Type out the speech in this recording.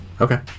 Okay